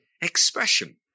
expression